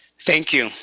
thank you.